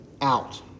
out